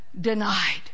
denied